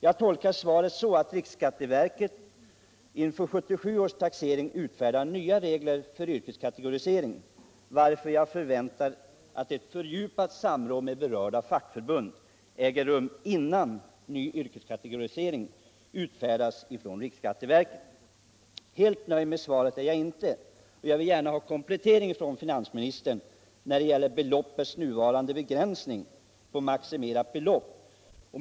Jag tolkar svaret så att riksskatteverket inför 1977 års taxering utfärdar nya regler för yrkeskategorisering, varför jag förväntar att ett fördjupat samråd med berörda fackförbund äger rum innan ny yrkeskategorisering utfärdas från riksskatteverket. Helt nöjd med svaret är jag inte. Jag vill gärna ha en komplettering från finansministern när det gäller den nuvarande begränsningen till ett maximibelopp.